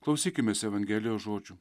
klausykimės evangelijos žodžių